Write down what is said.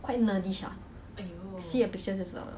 orh